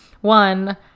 one